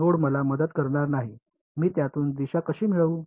node मला मदत करणार नाही मी त्यातून दिशा कशी मिळवू